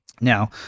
Now